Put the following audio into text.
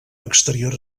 exterior